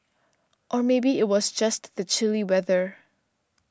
or maybe it was just the chilly weather